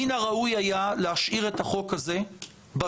מן הראוי היה להשאיר את החוק הזה במגירה,